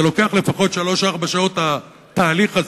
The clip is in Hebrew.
זה לוקח לפחות שלוש, ארבע שעות התהליך הזה.